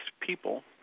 people